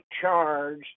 charge